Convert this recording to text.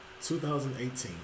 2018